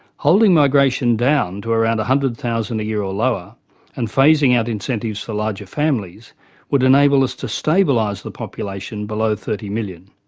holding migration down to around one hundred thousand a year or lower and phasing out incentives for larger families would enable us to stabilise the population below thirty million.